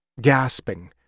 gasping